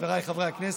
חבריי חברי הכנסת,